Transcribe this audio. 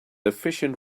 efficient